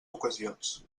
ocasions